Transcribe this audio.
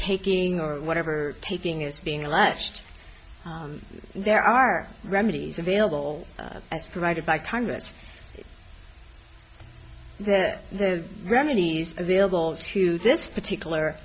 taking or whatever taking is being latched and there are remedies available as provided by congress that the romneys available to this particular